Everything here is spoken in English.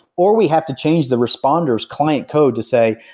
or we have to change the responders client code to say,